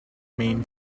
main